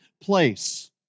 place